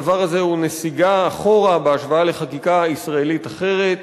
הדבר הזה הוא נסיגה אחורה בהשוואה לחקיקה ישראלית אחרת